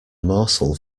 morsel